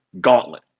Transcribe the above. gauntlet